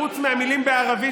חוץ מהמילים בערבית,